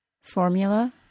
formula